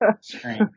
screen